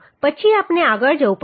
પછી આપણે આગળ જવું પડશે